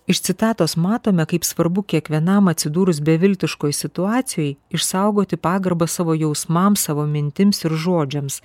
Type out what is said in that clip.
iš citatos matome kaip svarbu kiekvienam atsidūrus beviltiškoj situacijoj išsaugoti pagarbą savo jausmams savo mintims ir žodžiams